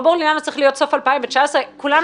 לא ברור לי למה צריך להיות סוף 2019. כולנו